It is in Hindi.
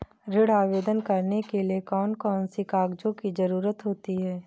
ऋण आवेदन करने के लिए कौन कौन से कागजों की जरूरत होती है?